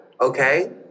okay